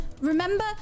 Remember